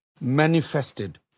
manifested